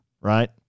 right